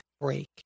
break